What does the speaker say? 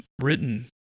written